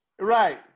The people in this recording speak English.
Right